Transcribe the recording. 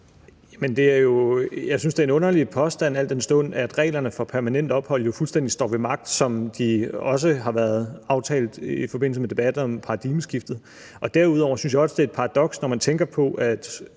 Jeg synes, det er en underlig påstand, al den stund at reglerne for permanent ophold jo fuldstændig står ved magt, som de også har været aftalt i forbindelse med debatterne om paradigmeskiftet. Derudover synes jeg også, det er et paradoks, når man tænker på,